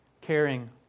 caring